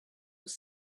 will